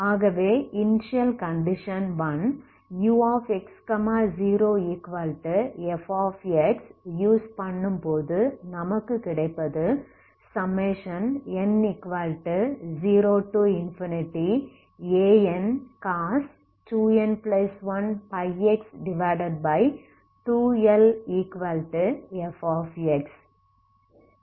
ஆகவே initial condition ux0f use பண்ணும்போது நமக்கு கிடைப்பது n0Ancos 2n1πx2L f